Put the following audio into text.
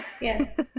Yes